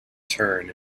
turn